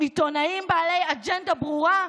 עיתונאים בעלי אג'נדה ברורה,